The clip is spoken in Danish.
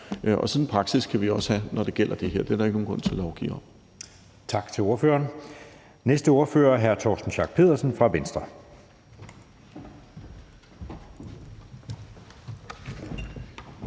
Og sådan en praksis kan vi også have, når det gælder det her. Det er der ikke nogen grund til at lovgive om. Kl. 12:47 Anden næstformand (Jeppe Søe): Tak til ordføreren. Den næste ordfører er hr. Torsten Schack Pedersen fra Venstre.